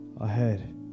ahead